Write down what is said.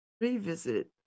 revisit